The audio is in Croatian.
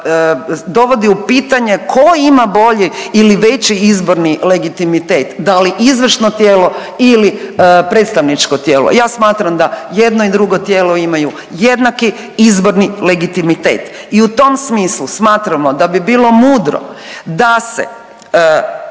dovodi u pitanje tko ima bolji ili veći izborni legitimitet, da li izvršno tijelo ili predstavničko tijelo. Ja smatram da i jedno i drugo tijelo imaju jednaki izborni legitimitet i u tom smislu smatramo da bi bilo mudro da se